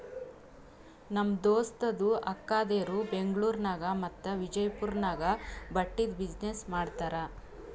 ನಮ್ ದೋಸ್ತದು ಅಕ್ಕಾದೇರು ಬೆಂಗ್ಳೂರ್ ನಾಗ್ ಮತ್ತ ವಿಜಯಪುರ್ ನಾಗ್ ಬಟ್ಟಿದ್ ಬಿಸಿನ್ನೆಸ್ ಮಾಡ್ತಾರ್